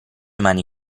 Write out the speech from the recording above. mani